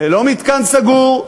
ללא מתקן סגור,